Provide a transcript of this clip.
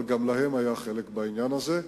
אבל גם להם היה חלק בעניין הזה.